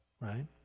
right